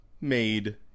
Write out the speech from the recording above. made